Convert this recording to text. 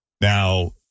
Now